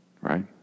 right